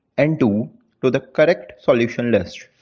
and two to the correct solution list.